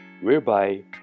whereby